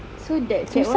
so that that [one]